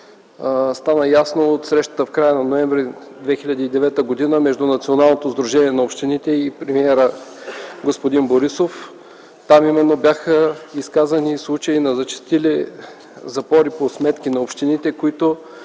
стана ясно от срещата в края на м. ноември 2009 г. между Националното сдружение на общините и премиера господин Борисов. Там именно бяха изказани случаи на зачестили запори по сметки на общините, които